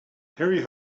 harry